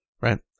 right